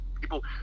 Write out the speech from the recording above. people